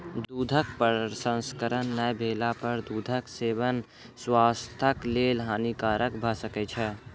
दूधक प्रसंस्करण नै भेला पर दूधक सेवन स्वास्थ्यक लेल हानिकारक भ सकै छै